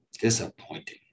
disappointing